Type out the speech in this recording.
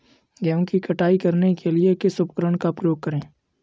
गेहूँ की कटाई करने के लिए किस उपकरण का उपयोग करें?